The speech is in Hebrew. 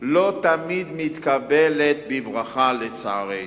לא תמיד מתקבלת בברכה, לצערנו.